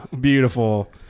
beautiful